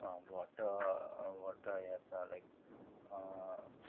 what water हे आसा लायक